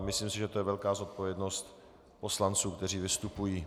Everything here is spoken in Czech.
Myslím si, že to je velká zodpovědnost poslanců, kteří vystupují.